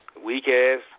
weak-ass